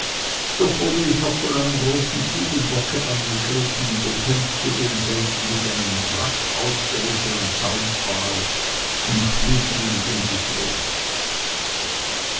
doch wurde ich noch von einem großen ziegenbocke angegriffen bekämpfte denselben mit einem rasch ausgerissenen zaunpfahl und schlug ihn in die flucht